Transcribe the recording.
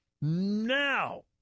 Now